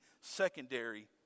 secondary